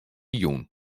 jûn